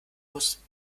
muss